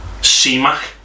C-Mac